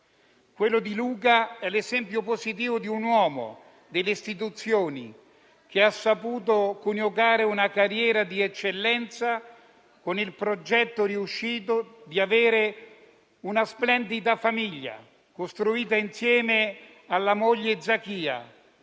Quello di Luca è l'esempio positivo di un uomo delle istituzioni che ha saputo coniugare una carriera di eccellenza con il progetto riuscito di avere una splendida famiglia, costruita insieme alla moglie Zakia,